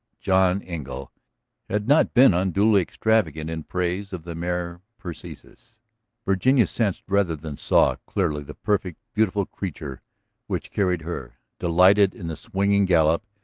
john engle had not been unduly extravagant in praise of the mare persis virginia sensed rather than saw clearly the perfect, beautiful creature which carried her, delighted in the swinging gallop,